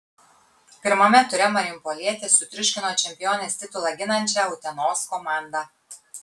pirmame ture marijampolietės sutriuškino čempionės titulą ginančią utenos komandą